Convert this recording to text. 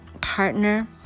partner